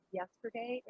yesterday